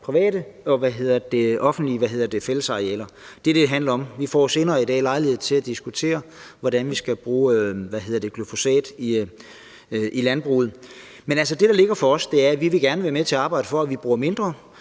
private og på offentlige fællesarealer. Det er det, det handler om. Vi får senere i dag lejlighed til at diskutere, hvordan vi skal bruge glyfosat i landbruget. Men det, der ligger klart for os, er, at vi gerne vil være med til at arbejde for, at vi bruger mindre,